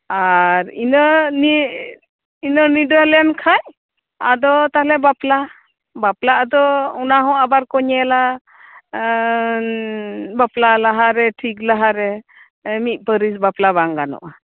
ᱟᱨ ᱤᱱᱟᱹ ᱱᱤᱭᱤᱱᱟ ᱱᱤᱰᱟᱹᱞᱮᱱ ᱠᱷᱟᱡ ᱟᱫᱚ ᱛᱟᱞᱦᱮ ᱵᱟᱯᱞᱟ ᱵᱟᱯᱞᱟ ᱟᱫᱚ ᱚᱱᱟ ᱦᱚᱸ ᱟᱵᱟᱨ ᱠᱚ ᱧᱮᱞᱟ ᱵᱟᱯᱞᱟ ᱞᱟᱦᱟᱨᱮ ᱴᱷᱤᱠ ᱞᱟᱦᱟᱨᱮ ᱢᱤᱫ ᱯᱟᱹ ᱨᱤᱥ ᱵᱟᱯᱞᱟ ᱵᱟᱝ ᱜᱟᱱᱚᱜᱼᱟ